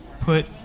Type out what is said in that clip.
put